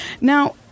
Now